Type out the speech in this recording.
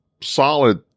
solid